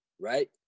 right